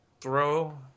throw